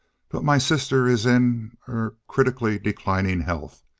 but my sister is in er critically declining health.